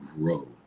grow